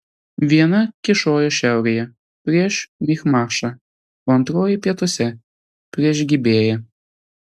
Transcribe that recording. viena kyšojo šiaurėje prieš michmašą o antroji pietuose prieš gibėją